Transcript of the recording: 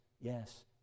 yes